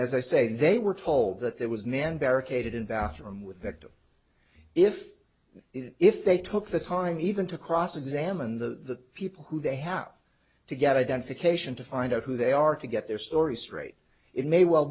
as i say they were told that there was man barricaded in bathroom with that if if they took the time even to cross examine the people who they have to get identification to find out who they are to get their story straight it may well